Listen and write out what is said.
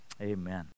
Amen